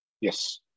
Yes